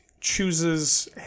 chooses